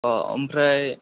अ ओमफ्राय